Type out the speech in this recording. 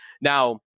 Now